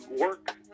work